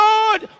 Lord